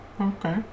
Okay